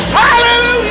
hallelujah